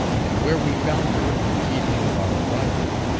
and where we found her on the evening of our arrival,